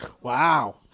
Wow